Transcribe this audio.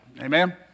Amen